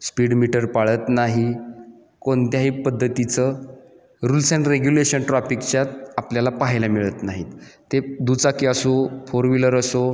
speed meter पाळत नाही कोणत्याही पद्धतीचं रुल्स अँड रेग्युलेशन ट्रॉफिकच्यात आपल्याला पाहायला मिळत नाहीत ते दुचाकी असो फोर व्हीलर असो